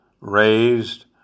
raised